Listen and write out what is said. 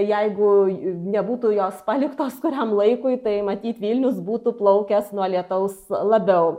jeigu nebūtų jos paliktos kuriam laikui tai matyt vilnius būtų plaukęs nuo lietaus labiau